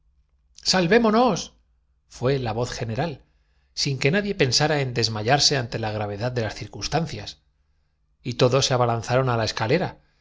catástrofe salvémonos fué la voz general sin que nadie pensara en desmayarse ante la gravedad de las circuns tancias y todos se abalanzaron á la escalera